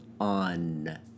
on